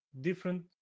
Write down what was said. different